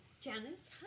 Janice